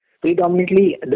Predominantly